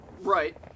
Right